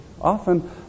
often